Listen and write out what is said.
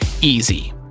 easy